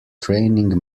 training